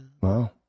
Wow